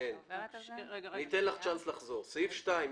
לסעיף (1).